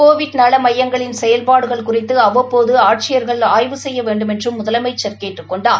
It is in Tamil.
கோவிட் நல மையங்களின் செயல்பாடுகள் குறித்து அவ்வயப்போது அட்சியா்கள் ஆய்வு செய்ய வேண்மென்றும் முதலமைச்சர் கேட்டுக் கொண்டார்